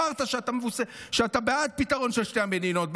אמרת שאתה בעד פתרון של שתי המדינות,